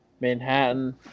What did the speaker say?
Manhattan